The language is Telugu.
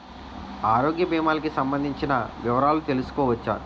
ఆరోగ్య భీమాలకి సంబందించిన వివరాలు తెలుసుకోవచ్చా?